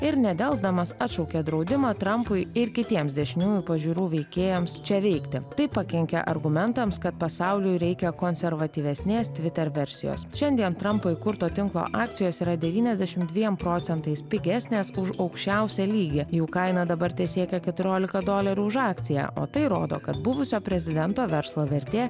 ir nedelsdamas atšaukė draudimą trampui ir kitiems dešiniųjų pažiūrų veikėjams čia veikti taip pakenkė argumentams kad pasauliui reikia konservatyvesnės tviter versijos šiandien trampui įkurto tinklo akcijos yra devyniasdešim dviem procentais pigesnės už aukščiausią lygį jų kaina dabar tesiekia keturiolika dolerių už akciją o tai rodo kad buvusio prezidento verslo vertė